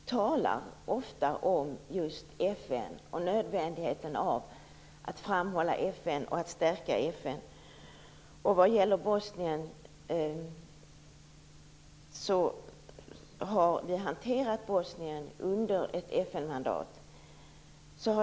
Herr talman! Vi talar ofta om just FN och om nödvändigheten av att framhålla FN och att stärka FN. Bosnien har vi hanterat under ett FN-mandat.